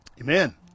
Amen